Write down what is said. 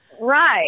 right